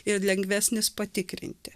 ir lengvesnis patikrinti